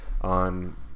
on